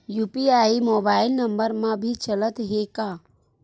UPI mobile number मा भी चलते हे का?